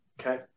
Okay